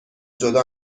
جدا